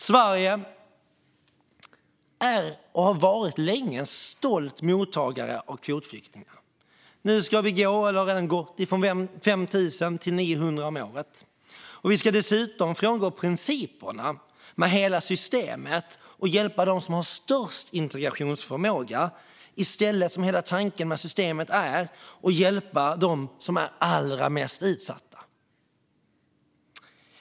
Sverige är och har länge varit en stolt mottagare av kvotflyktingar. Nu ska vi gå eller har redan gått från 5 000 till 900 om året. Vi ska dessutom frångå principerna för hela systemet och hjälpa dem som har störst integrationsförmåga i stället för att hjälpa de allra mest utsatta, som är hela tanken med systemet.